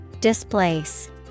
Displace